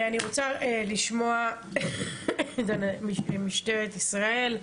אני רוצה לשמוע את משטרת ישראל.